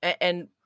And-